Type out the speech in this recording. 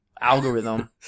algorithm